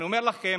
אני אומר לכם,